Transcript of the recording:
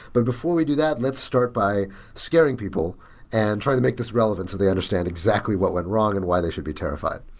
but before we do that, let's start by scaring people and try to make this relevant so they understand exactly what went wrong and what they should be terrified.